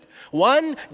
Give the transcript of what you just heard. One